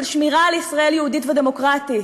של שמירה על ישראל יהודית ודמוקרטית.